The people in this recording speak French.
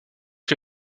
lui